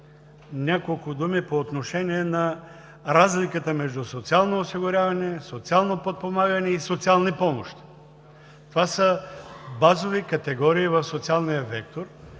няколко думи по отношение на разликата между социално осигуряване, социално подпомагане и социални помощи. Това са базови категории в социалния вектор